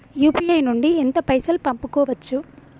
UPI నుండి ఎంత పైసల్ పంపుకోవచ్చు?